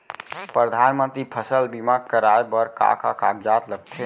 परधानमंतरी फसल बीमा कराये बर का का कागजात लगथे?